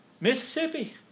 Mississippi